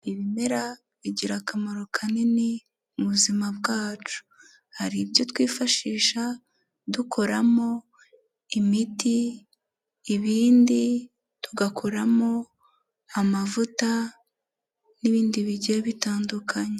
Ibimera bigira akamaro kanini mu buzima bwacu. Hari ibyo twifashisha dukoramo imiti, ibindi tugakoramo amavuta n'ibindi bigiye bitandukanye.